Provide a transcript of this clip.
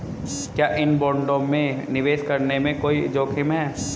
क्या इन बॉन्डों में निवेश करने में कोई जोखिम है?